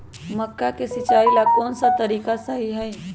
मक्का के सिचाई ला कौन सा तरीका सही है?